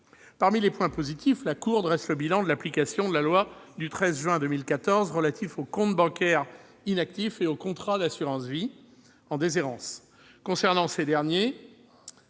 Parmi les points positifs, la Cour des comptes dresse le bilan de l'application de la loi du 13 juin 2014 relative aux comptes bancaires inactifs et aux contrats d'assurance vie en déshérence. Concernant ces derniers,